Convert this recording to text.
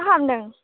मा खालामदों